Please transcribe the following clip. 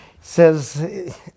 says